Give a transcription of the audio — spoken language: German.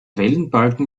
wellenbalken